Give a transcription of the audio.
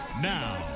Now